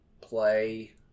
play